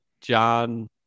John